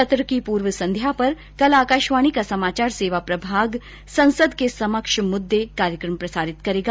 सत्र री पूर्वसंध्या माथै काल आकाशवाणी रो समाचार सेवा प्रभाग संसद के समक्ष मुद्दे कार्यक्रम प्रसारित करेला